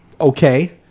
Okay